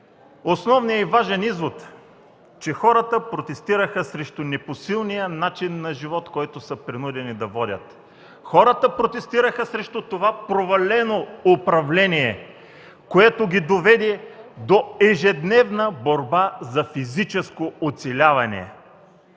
основния и важен извод, че хората протестираха срещу непосилния начин на живот, който са принудени да водят. Хората протестираха срещу това провалено управление, което ги доведе до ежедневна борба за физическо оцеляване.